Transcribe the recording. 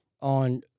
on